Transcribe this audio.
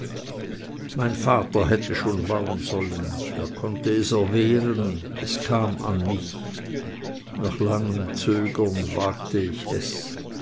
mein vater hätte schon bauen sollen er konnte es erwehren es kam an mich nach langem zögern wagte ich es